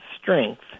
strength